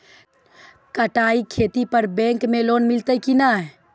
बटाई खेती पर बैंक मे लोन मिलतै कि नैय?